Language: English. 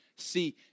see